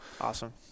Awesome